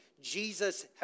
Jesus